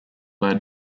led